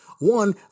One